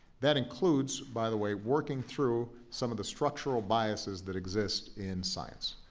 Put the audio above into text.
that includes, by the way, working through some of the structural biases that exist in science.